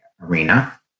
arena